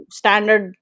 standard